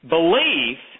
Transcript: Belief